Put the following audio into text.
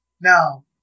Now